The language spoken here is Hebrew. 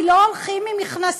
כי לא הולכים עם מכנסיים.